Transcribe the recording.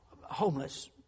homeless